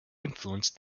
influenced